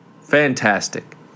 Fantastic